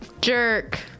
jerk